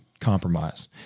compromise